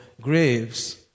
graves